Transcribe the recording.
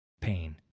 pain